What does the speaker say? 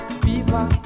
fever